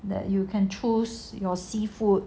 that you can choose your seafood